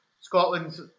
Scotland's